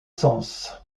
saëns